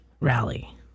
rally